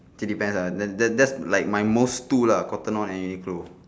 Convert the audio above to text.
okay depends ah that that that's my most two lah Cotton On and Uniqlo